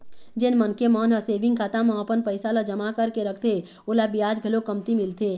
जेन मनखे मन ह सेविंग खाता म अपन पइसा ल जमा करके रखथे ओला बियाज घलोक कमती मिलथे